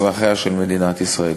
אזרחיה של מדינת ישראל.